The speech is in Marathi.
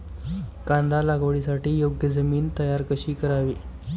कांदा लागवडीसाठी योग्य जमीन तयार कशी करावी?